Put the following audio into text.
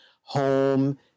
home